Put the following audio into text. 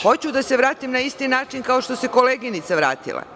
Hoću da se vratim na isti način kao što se koleginica vratila.